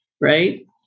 Right